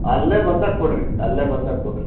ಅಲ್ಲೆ ಬಂದಾಗ ಕೊಡಿರಿ ಅಲ್ಲೆ ಬಂದಾಗ ಕೊಡಿರಿ